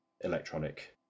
electronic